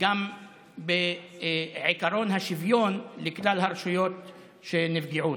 גם בעקרון השוויון לכלל הרשויות שנפגעו.